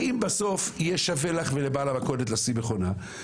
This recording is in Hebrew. האם בסוף יהיה שווה לך ולבעל המכולת לשים מכונה?